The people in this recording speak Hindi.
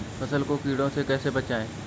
फसल को कीड़ों से कैसे बचाएँ?